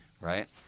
right